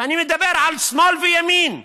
ואני מדבר על שמאל וימין,